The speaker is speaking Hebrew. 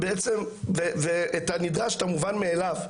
בעצם ואת הנדרש את המובן מאליו,